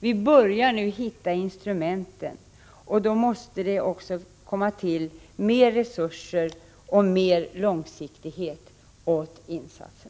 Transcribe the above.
Vi börjar nu hitta instrumenten, och då måste det också tillföras mer resurser och mer långsiktiga insatser.